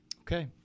Okay